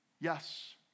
Yes